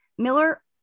Miller